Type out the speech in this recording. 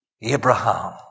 Abraham